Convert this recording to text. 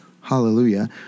hallelujah